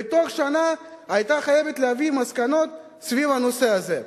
ובתוך שנה היא היתה חייבת להביא מסקנות סביב הנושא הזה.